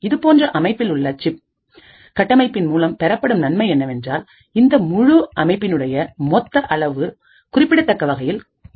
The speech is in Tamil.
இதுபோன்ற அமைப்பில் உள்ள சிப் கட்டமைப்பின் மூலம் பெறப்படும் நன்மை என்னவென்றால் இந்த முழு அமைப்பினுடைய மொத்த அளவு குறிப்பிடத்தக்க வகையில் குறைக்கப்படுகின்றது